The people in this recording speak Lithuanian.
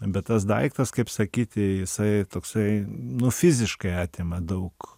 bet tas daiktas kaip sakyti jisai toksai nu fiziškai atima daug